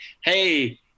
hey